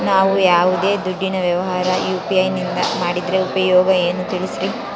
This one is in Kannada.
ನಾವು ಯಾವ್ದೇ ದುಡ್ಡಿನ ವ್ಯವಹಾರ ಯು.ಪಿ.ಐ ನಿಂದ ಮಾಡಿದ್ರೆ ಉಪಯೋಗ ಏನು ತಿಳಿಸ್ರಿ?